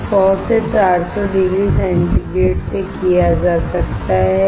यह 100 से 400 degree centigrade से किया जा सकता है